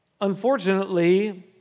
unfortunately